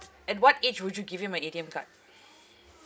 at what age would you give him a A_T_M card